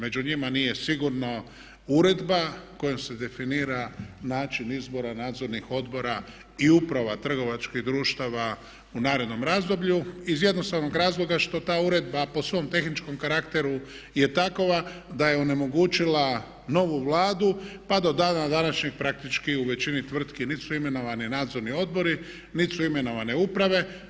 Među njima nije sigurno uredba kojom se definira način izbora nadzornih odbora i uprava trgovačkih društava u narednom razdoblju iz jednostavnog razloga što ta uredba po svom tehničkom karakteru je takva da je onemogućila novu Vladu pa do dana današnjeg praktički u većini tvrtki nit su imenovani nadzorni odbori nit su imenovane uprave.